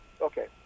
Okay